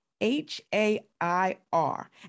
H-A-I-R